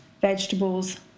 vegetables